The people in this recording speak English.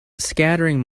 scattering